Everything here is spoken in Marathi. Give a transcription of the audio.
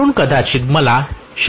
म्हणूनच कदाचित मला 0